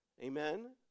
amen